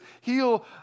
heal